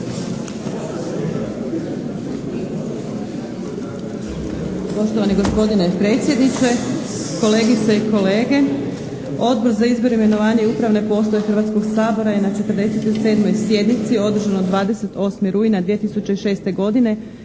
Poštovani gospodine predsjedniče, kolegice i kolege. Odbor za izbor, imenovanja i upravne poslove Hrvatskog sabora je na 47. sjednici održanoj 28. rujna 2006. godine